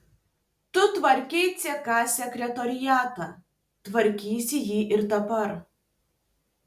tu tvarkei ck sekretoriatą tvarkysi jį ir dabar